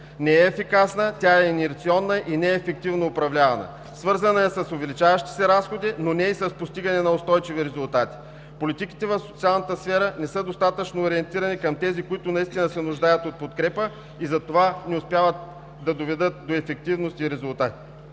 не е ефикасна, тя е инерционна и неефективно управлявана, свързана с увеличаващи се разходи, но не и с постигане на устойчиви резултати. Политиките в социалната сфера не са достатъчно ориентирани към тези, които наистина се нуждаят от подкрепа, и затова не успяват да доведат до ефективност и резултати.